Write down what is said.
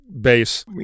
base